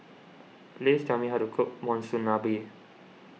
please tell me how to cook Monsunabe